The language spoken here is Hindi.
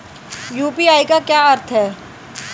यू.पी.आई का क्या अर्थ है?